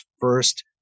first